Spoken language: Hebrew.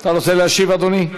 אתה רוצה להשיב, אדוני?